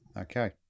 okay